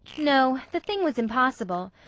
no, the thing was impossible.